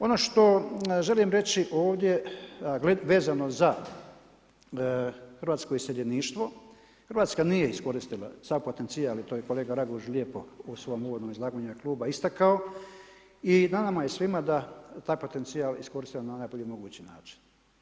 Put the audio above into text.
Ono što želim reći ovdje vezano za hrvatsko iseljeništvo, Hrvatska nije iskoristila sav potencijal i to je kolega Raguž lijepo u svom uvodnom izlaganju u ime kluba istakao i na nama je svima da taj potencijal iskoristimo na najbolji mogući način.